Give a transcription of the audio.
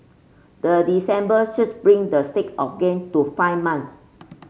the December surge bring the streak of gain to five months